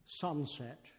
sunset